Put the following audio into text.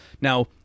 Now